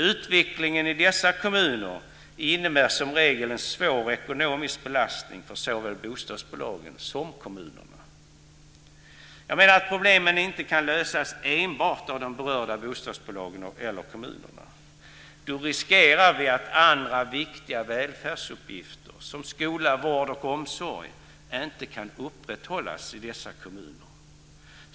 Utvecklingen i dessa kommuner innebär som regel en svår ekonomisk belastning för såväl bostadsbolagen som kommunerna. Jag menar att dessa problem inte kan lösas enbart av de berörda bostadsbolagen eller kommunerna. Då riskerar vi att andra viktiga välfärdsuppgifter som skola, vård och omsorg inte kan upprätthållas i dessa kommuner.